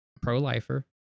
pro-lifer